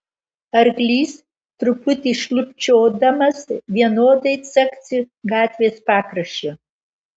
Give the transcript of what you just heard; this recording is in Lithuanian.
arklys truputį šlubčiodamas vienodai caksi gatvės pakraščiu